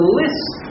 list